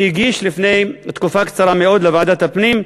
שהגיש לפני תקופה קצרה מאוד לוועדת הפנים,